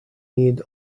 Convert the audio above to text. need